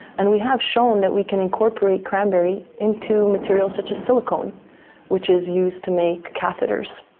and we have shown that we can incorporate cranberry into materials such as silicone which is used to make catheters,